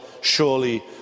surely